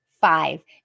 five